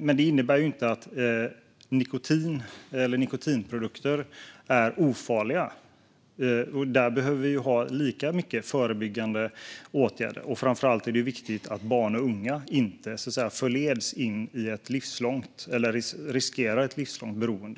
men det innebär inte att nikotin eller nikotinprodukter är ofarliga. Vi behöver ha lika mycket förebyggande åtgärder, och framför allt är det viktigt att barn och unga inte förleds in i eller riskerar ett livslångt beroende.